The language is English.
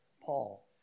Paul